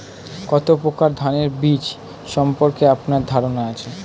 কত প্রকার ধানের বীজ সম্পর্কে আপনার ধারণা আছে?